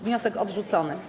Wniosek odrzucony.